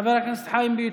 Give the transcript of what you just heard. חבר הכנסת חיים ביטון,